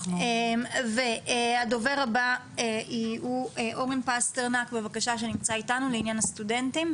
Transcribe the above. הדובר הבא הוא אורן פסטרנק, לעניין הסטודנטים.